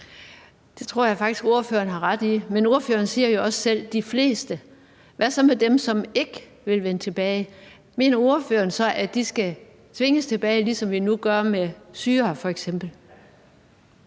Det tror jeg faktisk at ordføreren har ret i. Men ordføreren siger jo også selv »de fleste«. Hvad så med dem, som ikke vil vende tilbage? Mener ordføreren så, at de skal tvinges tilbage, ligesom vi nu gør med syrere f.eks.?